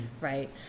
right